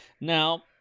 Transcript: Now